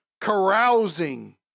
carousing